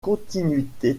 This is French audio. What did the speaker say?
continuité